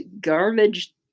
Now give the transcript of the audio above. garbage